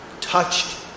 touched